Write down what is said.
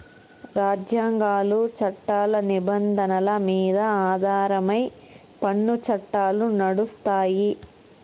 రాజ్యాంగాలు, చట్టాల నిబంధనల మీద ఆధారమై పన్ను చట్టాలు నడుస్తాయి